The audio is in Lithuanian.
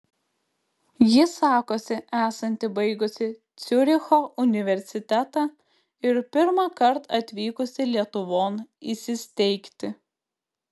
ji sakosi esanti baigusi ciuricho universitetą ir pirmąkart atvykusi lietuvon įsisteigti